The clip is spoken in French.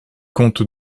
compte